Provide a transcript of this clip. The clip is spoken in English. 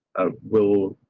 ah will